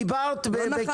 אבל את דיברת ולא הפריעו לך.